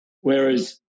Whereas